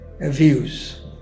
views